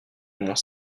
mont